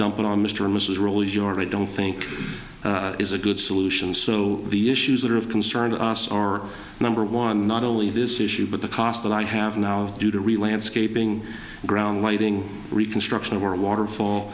dump it on mr and mrs rowles your i don't think is a good solution so the issues that are of concern to us are number one not only this issue but the cost that i have now due to real and scraping ground lighting reconstruction of our waterfall